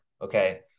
okay